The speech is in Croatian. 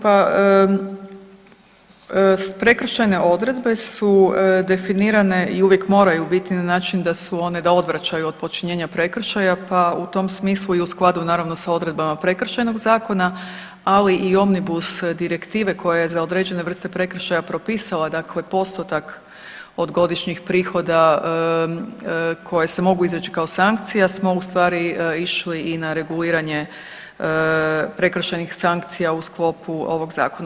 Pa prekršajne odredbe su definirane i uvijek moraju biti na način da odvraćaju od počinjenja prekršaja, pa u tom smislu i u skladu sa naravno odredbama Prekršajnog zakona ali i Omnibus direktive koja je za određene vrste prekršaja propisala, dakle postotak od godišnjih prihoda koje se mogu izreći kao sankcije smo u stvari išli i na reguliranje prekršajnih sankcija u sklopu ovog zakona.